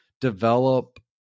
develop